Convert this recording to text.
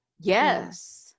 Yes